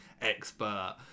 expert